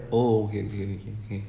oh okay okay okay